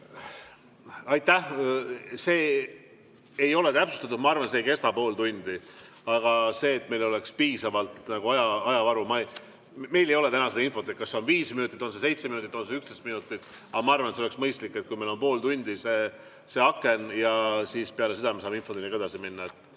Aitäh! Seda ei ole täpsustatud. Ma arvan, et see ei kesta pool tundi, aga meil peab olema piisav ajavaru. Meil ei ole täna infot, kas see on viis minutit, on see seitse minutit, on see 11 minutit. Aga ma arvan, et on mõistlik, kui meil on pool tundi see aken ja peale seda me saame infotunniga edasi minna.